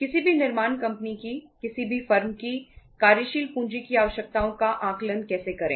किसी भी निर्माण कंपनी की किसी भी फर्म की कार्यशील पूंजी की आवश्यकताओं का आकलन कैसे करें